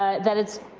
ah that it's